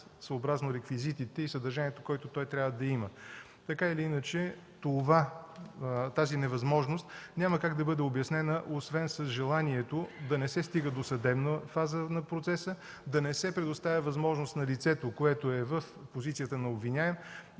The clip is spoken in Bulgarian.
съобразно реквизитите и съдържанието, което той трябва да има. Така или иначе тази невъзможност няма как да бъде обяснена, освен с желанието да не се стига до съдебна фаза на процеса, да не се предоставя възможност на лицето, което е в позицията на обвиняем,